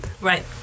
Right